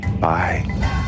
Bye